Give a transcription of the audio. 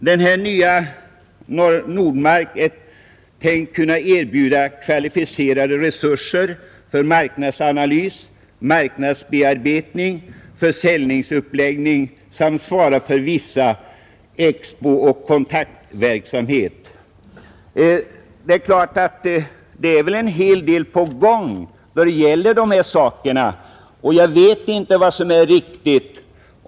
Detta nya Nordmark är tänkt kunna erbjuda kvalificerade resurser för marknadsanalys, marknadsbearbetning och försäljningsuppläggning samt svara för viss expooch kontaktverksamhet. Det är således en hel del på gång i detta avseende. Jag vet inte vad som är riktigt.